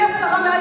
גברתי השרה,